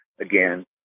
again